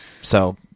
So-